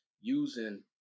using